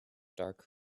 dark